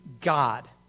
God